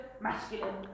masculine